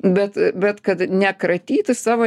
bet bet kad ne kratytis savo